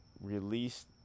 release